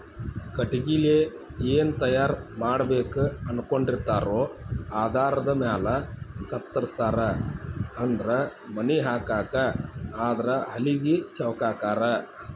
ಕಟಗಿಲೆ ಏನ ತಯಾರ ಮಾಡಬೇಕ ಅನಕೊಂಡಿರತಾರೊ ಆಧಾರದ ಮ್ಯಾಲ ಕತ್ತರಸ್ತಾರ ಅಂದ್ರ ಮನಿ ಹಾಕಾಕ ಆದ್ರ ಹಲಗಿ ಚೌಕಾಕಾರಾ